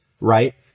right